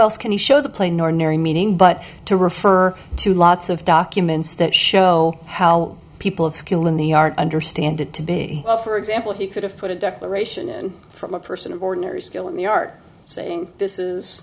else can you show the plain ordinary meaning but to refer to lots of documents that show how people of skill in the art understand it to be for example he could have put a declaration from a person of ordinary still in the art saying this is